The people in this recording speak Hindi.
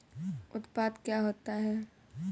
उत्पाद क्या होता है?